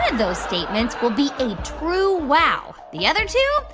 those statements will be a true wow. the other two?